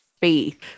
faith